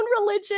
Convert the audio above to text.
religion